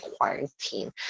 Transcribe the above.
quarantine